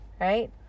Right